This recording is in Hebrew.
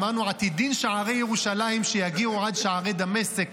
אמרנו, עתידין שערי ירושלים שיגיעו עד שערי דמשק.